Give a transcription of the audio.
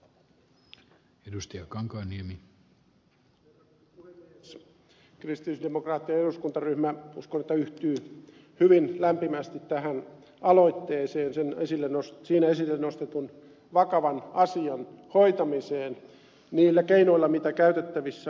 uskon että kristillisdemokraattien eduskuntaryhmä yhtyy hyvin lämpimästi tähän aloitteeseen siinä esille nostetun vakavan asian hoitamiseen niillä keinoilla joita käytettävissä on